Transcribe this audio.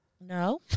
No